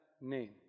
name